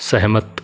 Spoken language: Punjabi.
ਸਹਿਮਤ